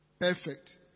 perfect